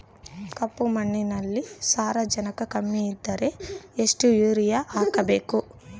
ಕಪ್ಪು ಮಣ್ಣಿನಲ್ಲಿ ಸಾರಜನಕ ಕಮ್ಮಿ ಇದ್ದರೆ ಎಷ್ಟು ಯೂರಿಯಾ ಹಾಕಬೇಕು?